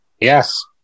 Yes